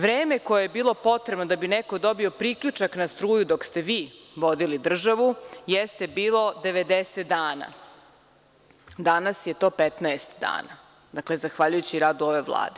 Vreme koje je bilo potrebno da bi neko dobio priključak na struju dok ste vi vodili državu, jeste bilo 90 dana, a danas je to 15 dana, zahvaljujući radu ove Vlade.